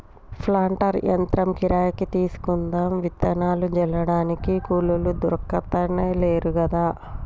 planter యంత్రం కిరాయికి తీసుకుందాం విత్తనాలు జల్లడానికి కూలోళ్లు దొర్కుతలేరు కదా